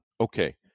okay